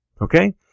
okay